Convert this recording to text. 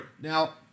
Now